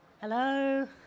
Hello